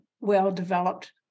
well-developed